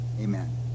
Amen